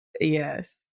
Yes